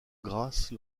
grâce